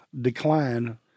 decline